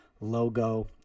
logo